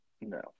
no